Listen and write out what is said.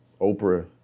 Oprah